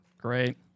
Great